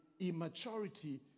immaturity